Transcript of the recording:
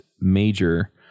major